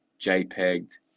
JPEG